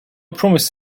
promised